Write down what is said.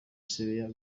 sebeya